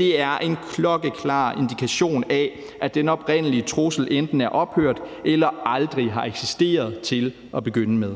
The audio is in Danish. er en klokkeklar indikation af, at den oprindelige trussel enten er ophørt eller aldrig har eksisteret til at begynde med.